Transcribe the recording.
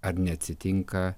ar neatsitinka